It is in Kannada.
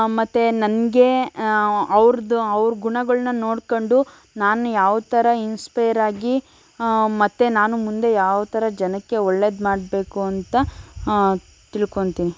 ಮತ್ತು ನನಗೆ ಅವ್ರದ್ದು ಅವ್ರ ಗುಣಗಳನ್ನ ನೋಡ್ಕೊಂಡು ನಾನು ಯಾವ ಥರ ಇನ್ಸ್ಪೇರ್ ಆಗಿ ಮತ್ತು ನಾನು ಮುಂದೆ ಯಾವ ಥರ ಜನಕ್ಕೆ ಒಳ್ಳೆಯದು ಮಾಡಬೇಕು ಅಂತ ತಿಳ್ಕೋತೀನಿ